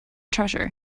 treasure